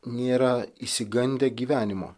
nėra išsigandę gyvenimo